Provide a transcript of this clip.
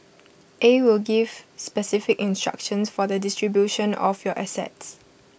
A will gives specific instructions for the distribution of your assets